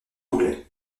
anglais